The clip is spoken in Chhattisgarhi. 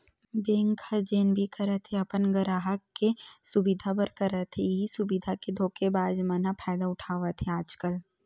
बेंक ह जेन भी करत हे अपन गराहक के सुबिधा बर करत हे, इहीं सुबिधा के धोखेबाज मन ह फायदा उठावत हे आजकल